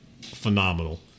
phenomenal